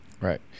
Right